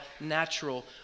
natural